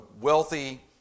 wealthy